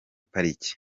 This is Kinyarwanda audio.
pariki